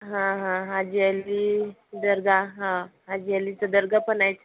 हा हा हाजी अली दर्गा हा हाजी अलीचं दर्गा पण आहे